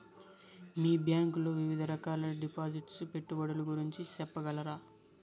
మీ bank లో వివిధ రకాల డిపాసిట్స్, పెట్టుబడుల గురించి సెప్పగలరా?